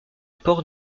port